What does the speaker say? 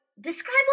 describe